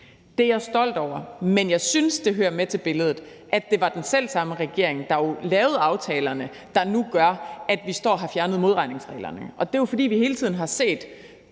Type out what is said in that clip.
Det er jeg stolt over, men jeg synes, det hører med til billedet, at det var den selv samme regering, der jo lavede aftalerne, og som nu sørger for, at vi står og har fjernet modregningsreglerne. Det er jo, fordi vi hele tiden har set